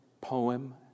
poem